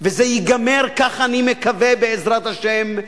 וזה ייגמר, כך אני מקווה, בעזרת השם,